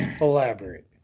Elaborate